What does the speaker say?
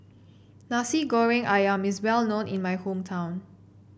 Nasi Goreng ayam is well known in my hometown